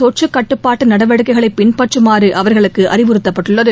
தொற்று கட்டுப்பாட்டு நடவடிக்கைகளை பின்பற்றுமாறு அவர்களுக்கு அறிவுறுத்தப்பட்டுள்ளது